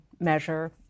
measure